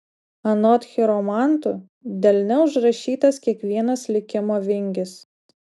anot chiromantų delne užrašytas kiekvienas likimo vingis